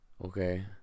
Okay